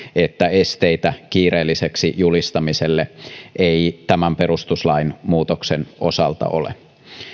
että esteitä kiireelliseksi julistamiselle ei tämän perustuslain muutoksen osalta ole